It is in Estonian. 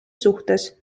suhtes